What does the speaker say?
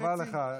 חבל לך.